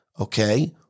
Okay